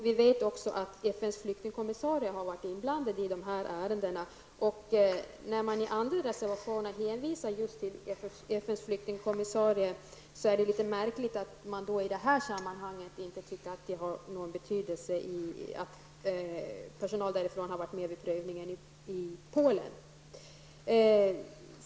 Vi vet också att FNs flyktingkommissarie varit inblandad i dessa ärenden. Eftersom man i andra reservationer hänvisar till just FNs flyktingkommissarie, är det litet märkligt att man i detta sammanhang anser att det inte har någon betydelse att personal från FN har varit med vid prövningen i Polen.